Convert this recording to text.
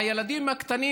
והילדים הקטנים,